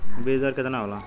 बीज दर केतना होला?